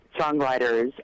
songwriters